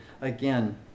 again